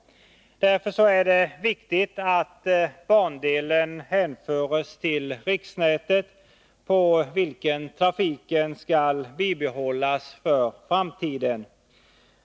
Därför är det viktigt att bandelen hänförs till riksnätet, på vilket trafiken skall bibehållas för framtiden.